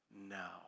now